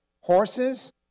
horses